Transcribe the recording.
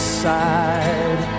side